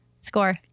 Score